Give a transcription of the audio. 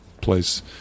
place